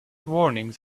warnings